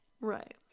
Right